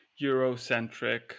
Eurocentric